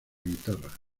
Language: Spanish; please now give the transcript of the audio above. guitarra